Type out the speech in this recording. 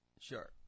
Sure